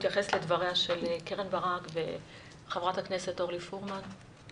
שיתייחס לדבריה של ח"כ קרן ברק וח"כ אורלי פרומן.